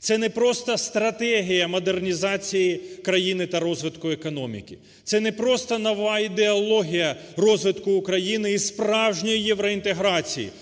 Це не просто стратегія модернізації країни та розвитку економіки, це не просто нова ідеологія розвитку України і справжньої євроінтеграції,